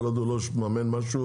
כל עוד הוא לא מממן משהו,